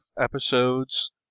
episodes